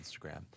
Instagram